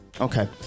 Okay